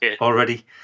already